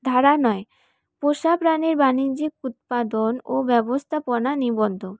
ধারা নয় পোষা প্রাণীর বানিজ্যিক উৎপাদন ও ব্যবস্থাপনা নিবন্ধ